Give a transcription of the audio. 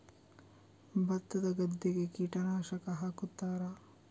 ಭತ್ತದ ಗದ್ದೆಗೆ ಕೀಟನಾಶಕ ಹಾಕುತ್ತಾರಾ?